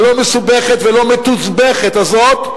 הלא-מסובכת ולא-מתוסבכת הזאת,